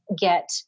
get